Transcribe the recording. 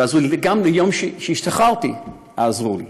ועזרו לי.